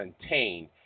contained